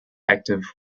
active